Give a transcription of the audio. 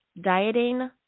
dieting